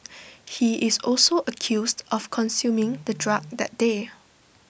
he is also accused of consuming the drug that day